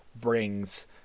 brings